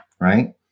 Right